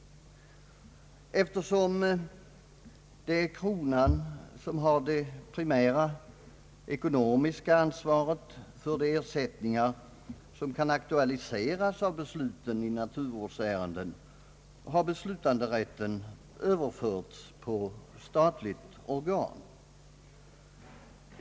Eftersom det är kronan som har det primära ekonomiska ansvaret för de ersättningar som kan aktualiseras av besluten i naturvårdsärenden, har beslutanderätten överförts till statligt organ.